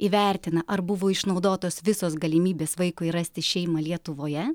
įvertina ar buvo išnaudotos visos galimybės vaikui rasti šeimą lietuvoje